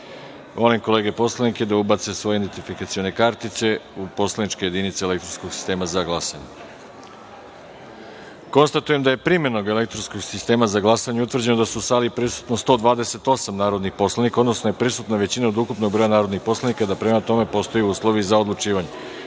kolege poslanike da ubace svoje identifikacione kartice u poslaničke jedinice elektronskog sitema za glasanje. Konstatujem da je primenom elektronskog sistema za glasanje utvrđeno da je u sali prisutno 128 narodnih poslanika, odnosno da je prisutna većina od ukupnog broja narodnih poslanika i da prema tome postoje uslovi za odlučivanje. Prelazimo